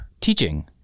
teaching